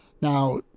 Now